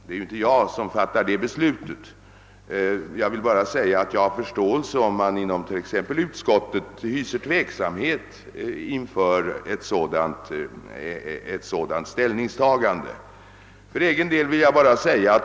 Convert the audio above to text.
Det är inte jag som fattar det beslutet; jag vill bara säga att jag har förståelse för om utskottet hyser tveksamhet därvidlag.